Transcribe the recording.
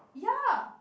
ya